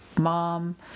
Mom